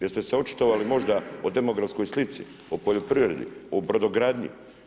Jeste se očitovali možda o demografskoj slici, o poljoprivredi, o brodogradnji?